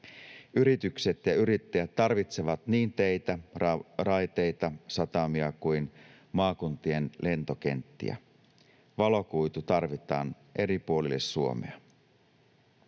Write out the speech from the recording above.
Yritykset ja yrittäjät tarvitsevat niin teitä, raiteita, satamia kuin maakuntien lentokenttiä. Valokuitu tarvitaan eri puolille Suomea.